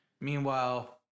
Meanwhile